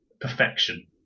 perfection